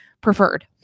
preferred